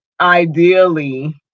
ideally